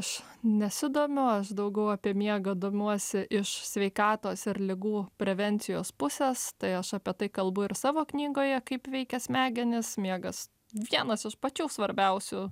aš nesidomiu aš daugiau apie miegą domiuosi iš sveikatos ir ligų prevencijos pusės tai aš apie tai kalbu ir savo knygoje kaip veikia smegenis miegas vienas iš pačių svarbiausių